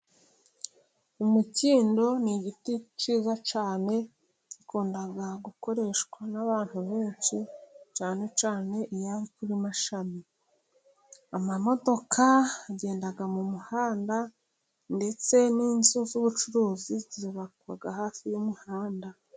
Umukindo ni igiti cyiza cyane. Gikunda gukoreshwa n'abantu benshi. Cyane cyane iyo ari kuri mashami. Amamodoka agenda mu muhanda ndetse n'inzu z'ubucuruzi zubabakwa hafi y'umuhanda.